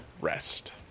rest